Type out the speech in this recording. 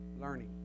learning